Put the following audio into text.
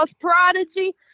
prodigy